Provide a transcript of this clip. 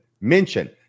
mention